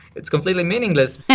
it's completely meaningless